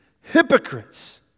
hypocrites